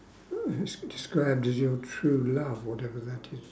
des~ described as your true love whatever that is